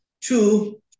Two